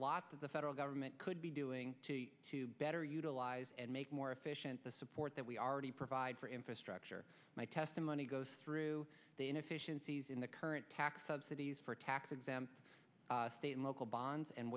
lot of the federal government could be doing to better utilize and make more efficient the support that we already provide for infrastructure my testimony goes through the inefficiencies in the current tax subsidies for tax exempt status local bonds and